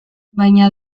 baina